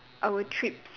our trips